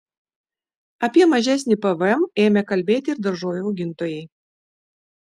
apie mažesnį pvm ėmė kalbėti ir daržovių augintojai